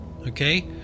Okay